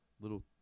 little